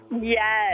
Yes